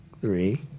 three